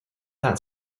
that